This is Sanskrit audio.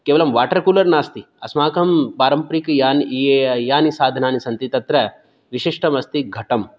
केवलं वाटर् कूलर् नास्ति अस्माकं पारम्परिक यानि ये यानि साधनानि सन्ति तत्र विशिष्टम् अस्ति घटं